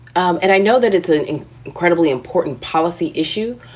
and i know that it's an incredibly important policy issue,